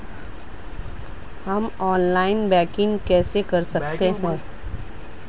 हम online banking कैसे कर सकते हैं?